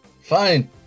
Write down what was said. fine